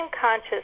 conscious